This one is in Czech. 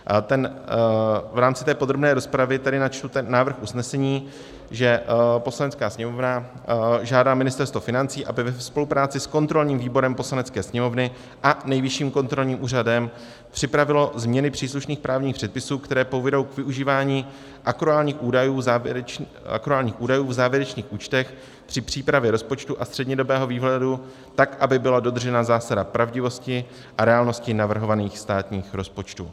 V rámci té podrobné rozpravy tedy načtu ten návrh usnesení, že Poslanecká sněmovna žádá Ministerstvo financí, aby ve spolupráci s kontrolním výborem Poslanecké sněmovny a Nejvyšším kontrolním úřadem připravilo změny příslušných právních předpisů, které povedou k využívání akruálních údajů v závěrečných účtech při přípravě rozpočtu a střednědobého výhledu tak, aby byla dodržena zásada pravdivosti a reálnosti navrhovaných státních rozpočtů.